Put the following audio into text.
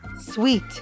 sweet